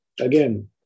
Again